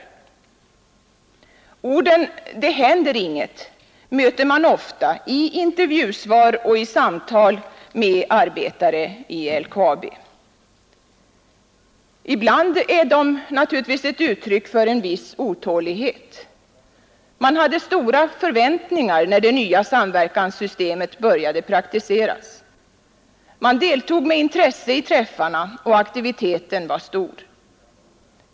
26 april 1972 Orden ”det händer inget” möter man ofta i intervjusvar och i samtal med arbetare i LKAB. Ibland är de naturligtvis ett uttryck för en viss otålighet. Man hade stora förväntningar när det nya samverkanssystemet började praktiseras. Man deltog med intresse i träffarna, och aktiviteten var stor.